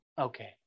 Okay